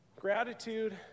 Gratitude